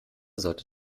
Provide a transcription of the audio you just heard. sollte